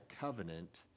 covenant